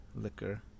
liquor